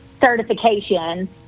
certification